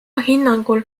hinnangul